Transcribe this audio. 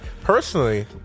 Personally